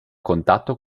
contatto